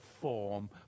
form